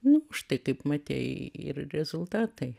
nu už tai kaip matei ir rezultatai